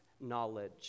knowledge